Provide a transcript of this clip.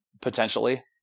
potentially